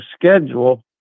schedule